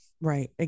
right